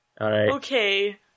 Okay